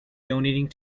donating